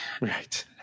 Right